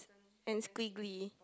and squiggly